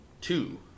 two